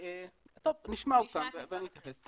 נשמע אותם ואני אתייחס.